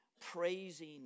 praising